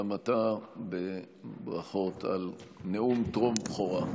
גם אתה בברכות על נאום טרום-בכורה.